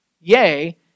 Yea